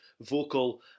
vocal